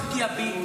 זאת לא פגיעה בי,